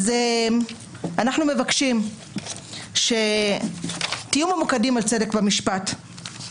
אנחנו מבקשים שתהיו ממוקדים על צדק במשפט.